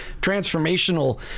transformational